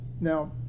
Now